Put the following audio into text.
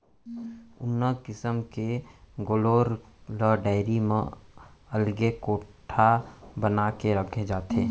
उन्नत किसम के गोल्लर ल डेयरी म अलगे कोठा बना के रखे जाथे